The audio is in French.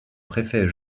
préfet